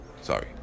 Sorry